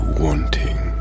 wanting